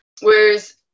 Whereas